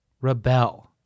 Rebel